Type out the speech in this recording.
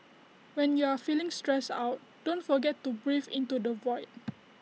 when you are feeling stressed out don't forget to breathe into the void